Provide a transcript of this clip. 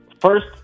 first